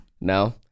No